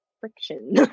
friction